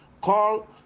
Call